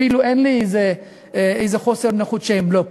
אפילו אין לי איזה חוסר נוחות שהם לא פה.